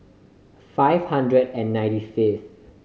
five hundred and ninety fifth